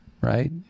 right